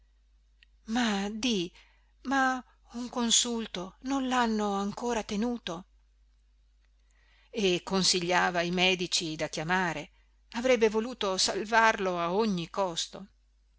ma di ma un consulto non lhanno ancora tenuto e consigliava i medici da chiamare avrebbe voluto salvarlo a ogni costo